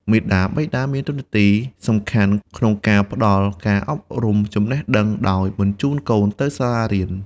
មាតាបិតាមានតួនាទីយ៉ាងសំខាន់ក្នុងការផ្ដល់ការអប់រំចំណេះដឹងដោយបញ្ជូនកូនទៅសាលារៀន។